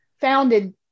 founded